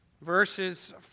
verses